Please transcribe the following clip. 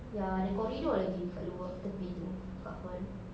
ya the corridor lagi dekat luar tepi itu dekat corner